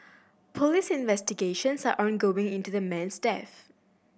police investigations are ongoing into the man's death